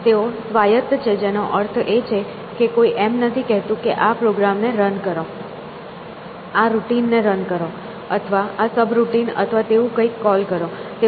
તેઓ સ્વાયત્ત છે જેનો અર્થ એ છે કે કોઈ એમ નથી કહેતું કે આ પ્રોગ્રામ ને રન કરો આ રૂટીન ને રન કરો અથવા આ સબ રૂટીન અથવા તેવું કંઈક કોલ કરો તેઓ સક્રિય છે